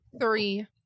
three